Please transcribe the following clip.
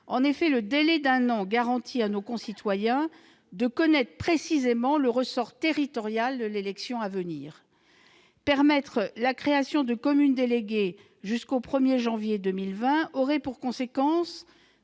En effet, le délai d'un an garantit à nos concitoyens de connaître précisément le ressort territorial de l'élection à venir. Permettre la création de communes déléguées jusqu'au 1 janvier 2020 aurait pour conséquence